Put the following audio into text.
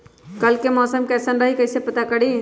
कल के मौसम कैसन रही कई से पता करी?